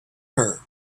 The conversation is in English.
her